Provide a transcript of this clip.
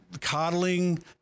coddling